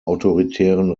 autoritären